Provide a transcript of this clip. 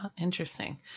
Interesting